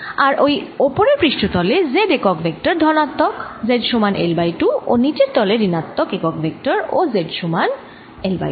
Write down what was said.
আর এই ওপরের পৃষ্ঠ তলে z একক ভেক্টর ধনাত্মক z সমান L বাই 2 ও নিচের তলে ঋণাত্মক একক ভেক্টর ও z সমান মাইনাস L বাই 2